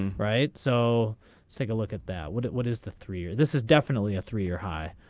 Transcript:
um right so take a look at that what it what is the three year this is definitely a three year high.